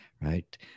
right